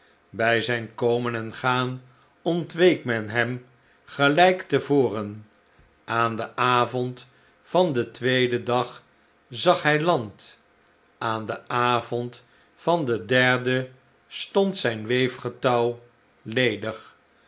bij zijn komen en gaan ontweek men hem gelijk te voren aan den avond van den tweeden dag zag hij land aan den avond van den derden stond zijn weefgetouw ledig